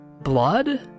blood